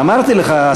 אמרתי לך,